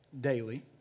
daily